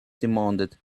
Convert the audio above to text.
demanded